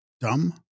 dumb